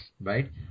Right